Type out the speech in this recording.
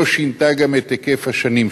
גם זו שלא שינתה את היקף השנים שלהם.